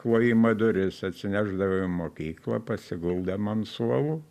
klojimo duris atsinešdavom į mokyklą pasiguldėm ant suolų